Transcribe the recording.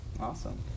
Awesome